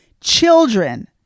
children